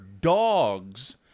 dogs